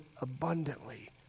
abundantly